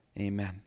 Amen